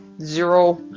Zero